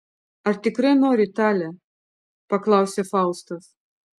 ar tikrai nori tale paklausė faustas